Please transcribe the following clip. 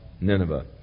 Nineveh